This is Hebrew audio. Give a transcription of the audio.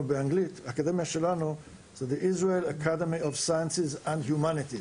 באנגלית הוא Israel Academy Of Sciences and Humanity.